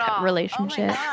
relationship